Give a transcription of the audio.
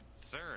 sir